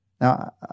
Now